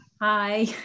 Hi